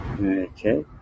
Okay